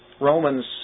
Romans